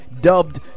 dubbed